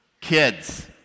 Kids